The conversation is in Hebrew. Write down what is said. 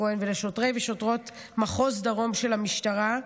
כהן ולשוטרי ושוטרות מחוז דרום של המשטרה.